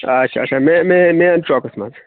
اچھا اچھا مےٚ مین چوکَس منٛز